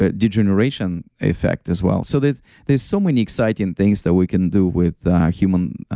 ah degeneration effect as well. so there's there's so many exciting things that we can do with human